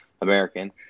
American